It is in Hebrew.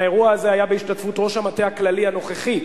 האירוע הזה היה בהשתתפות ראש המטה הכללי הנוכחי,